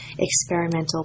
experimental